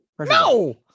No